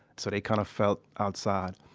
so they kind of felt outside.